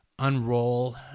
unroll